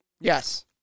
Yes